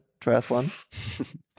triathlon